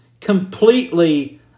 completely